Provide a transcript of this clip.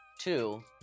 Two